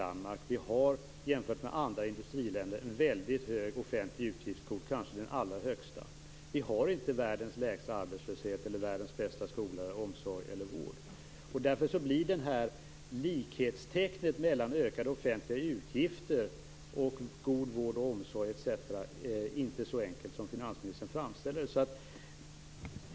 Sverige har jämfört med andra industriländer väldigt hög offentlig utgiftskvot - kanske den allra högsta. Men Sverige har inte världens lägsta arbetslöshet eller världens bästa skola, omsorg eller vård. Därför blir likhetstecknet mellan ökade offentliga utgifter och god vård och omsorg etc. inte så enkelt som finansministern framställer det.